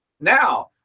Now